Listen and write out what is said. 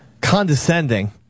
Condescending